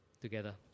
together